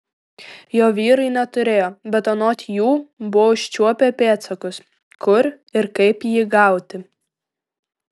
jo vyrai neturėjo bet anot jų buvo užčiuopę pėdsakus kur ir kaip jį gauti